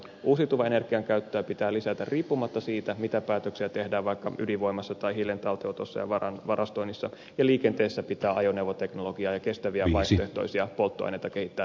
uusiutuvan energian käyttöä pitää lisätä riippumatta siitä mitä päätöksiä tehdään vaikka ydinvoimassa tai hiilen talteenotossa ja varastoinnissa ja liikenteessä pitää ajoneuvoteknologiaa ja kestäviä vaihtoehtoisia polttoaineita kehittää nopeasti